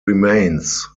remains